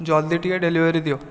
ଜଲଦି ଟିକେ ଡେଲିଭରି ଦିଅ